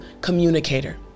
communicator